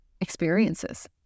experiences